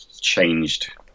changed